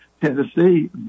Tennessee